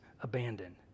abandoned